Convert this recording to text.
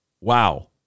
Wow